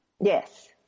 Yes